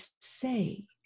say